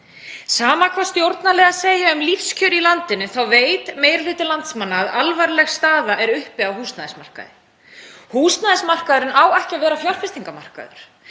Sama hvað stjórnarliðar segja um lífskjör í landinu þá veit meiri hluti landsmanna að alvarleg staða er uppi á húsnæðismarkaði. Húsnæðismarkaðurinn á ekki að vera fjárfestingarmarkaður.